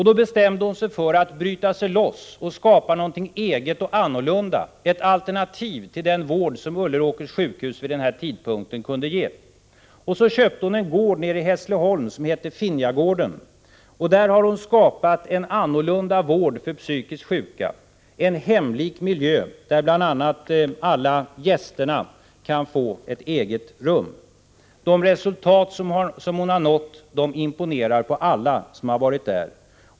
Då bestämde hon sig för att bryta sig loss och skapa någonting annorlunda, ett alternativ till den vård som Ulleråkers sjukhus vid den tidpunkten kunde ge. Och så köpte hon en gård nere vid Hässleholm som heter Finjagården. Där har hon skapat en annorlunda vård för psykiskt sjuka, en hemlik miljö, där bl.a. alla gäster kan få ett eget rum. De resultat som hon har nått imponerar på alla som har varit där.